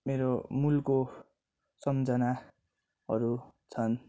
मेरो मूलको सम्झनाहरू छन्